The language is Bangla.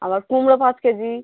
আবার কুমড়ো পাঁচ কেজি